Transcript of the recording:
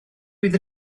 fydd